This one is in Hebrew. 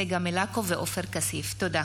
צגה מלקו ועופר כסיף בנושא: